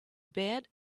bed